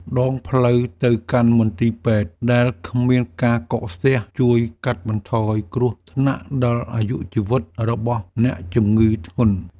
ដងផ្លូវទៅកាន់មន្ទីរពេទ្យដែលគ្មានការកកស្ទះជួយកាត់បន្ថយគ្រោះថ្នាក់ដល់អាយុជីវិតរបស់អ្នកជំងឺធ្ងន់។